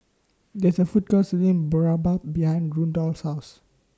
There IS A Food Court Selling Boribap behind Rudolph's House